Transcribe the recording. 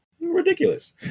ridiculous